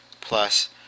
plus